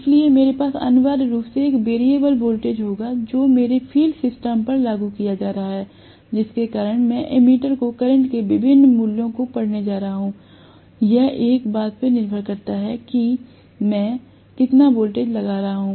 इसलिए मेरे पास अनिवार्य रूप से एक वैरिएबल वोल्टेज होगा जो मेरे फील्ड सिस्टम पर लागू किया जा रहा है जिसके कारण मैं एमीटर को करंट के विभिन्न मूल्यों को पढ़ने जा रहा हूं यह इस बात पर निर्भर करता है कि मैं कितना वोल्टेज लगा रहा हूं